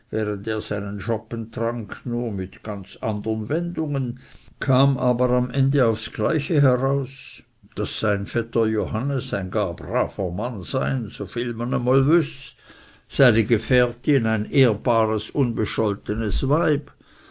seinen schoppen trank nur mit ganz andern wendungen kam aber am ende aufs gleiche heraus daß sein vetter johannes ein gar braver mann sei soviel me emel wüß seine gefährtin ein ehrbares unbescholtenes weib